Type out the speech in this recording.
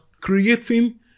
creating